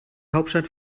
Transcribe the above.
hauptstadt